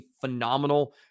phenomenal